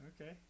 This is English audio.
Okay